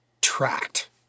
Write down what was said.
tracked